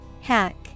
Hack